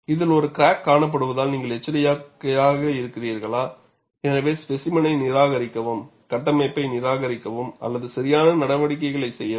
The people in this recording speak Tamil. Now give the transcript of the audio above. இதில் ஒரு கிராக் காணப்படுவதால் நீங்கள் எச்சரிக்கையாக இருக்கிறீர்களா எனவே ஸ்பேசிமெனை நிராகரிக்கவும் கட்டமைப்பை நிராகரிக்கவும் அல்லது சரியான நடவடிக்கைகளைச் செய்யவும்